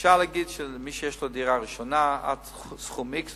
אפשר להגיד שמי שיש לו דירה ראשונה עד סכום x,